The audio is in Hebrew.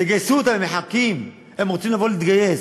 תגייסו אותם, הם מחכים, הם רוצים לבוא להתגייס.